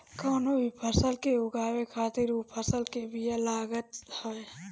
कवनो भी फसल के उगावे खातिर उ फसल के बिया लागत हवे